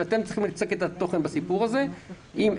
שאתם צריכים לצקת את התוכן בסיפור הזה: אם,